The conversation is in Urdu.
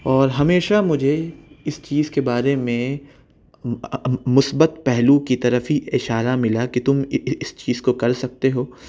اور ہمیشہ مجھے اس چیز کے بارے میں مثبت پہلو کی طرف ہی اشارہ ملا کہ تم اس چیز کو کر سکتے ہو